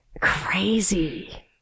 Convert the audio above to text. Crazy